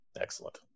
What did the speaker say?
Excellent